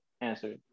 answer